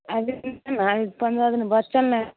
अभी रुकू ने अभी पन्द्रह दिन बचल ने है